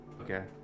Okay